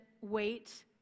wait